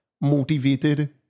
motivated